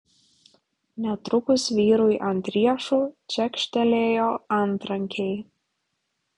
netrukus vyrui ant riešų čekštelėjo antrankiai